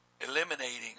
eliminating